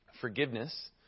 Forgiveness